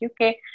UK